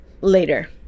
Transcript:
later